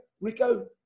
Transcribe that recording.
Rico